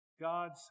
God's